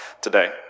today